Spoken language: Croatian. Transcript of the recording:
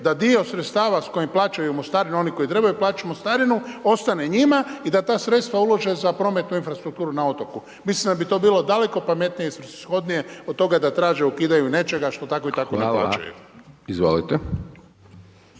da dio sredstava s kojim plaćaju mostarinu oni koji trebaju plaćati mostaranu ostane njima i da ta sredstva ulože za prometnu infrastrukturu na otoku. Mislim da bi to bilo daleko pametnije i svrsishodnije od toga da traže ukidanje nečega što tako i tada ne plaćaju. **Hajdaš